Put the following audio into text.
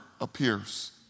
appears